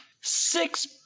Six